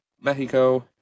Mexico